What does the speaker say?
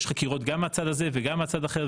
יש חקירות גם מהצד הזה וגם מהצד האחר.